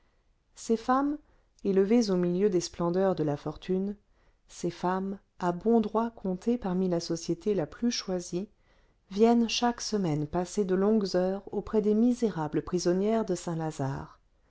ces femmes élevées au milieu des splendeurs de la fortune ces femmes à bon droit comptées parmi la société la plus choisie viennent chaque semaine passer de longues heures auprès des misérables prisonnières de saint-lazare